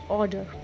order